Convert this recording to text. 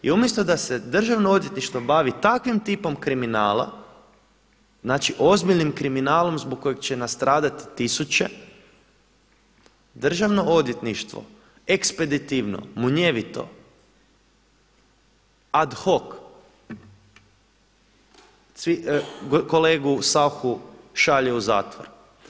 I umjesto da se državno odvjetništvo bavi takvim tipom kriminala, znači ozbiljnim kriminalom zbog kojeg će nastradati tisuće, državno odvjetništvo ekspeditivno, munjevito, ad hoc, kolegu Sauchu šalje u zatvor.